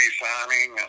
signing